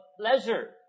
pleasure